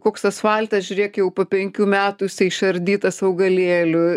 koks asfaltas žiūrėk jau po penkių metų jisai išardytas augalėlių